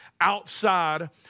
outside